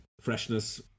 freshness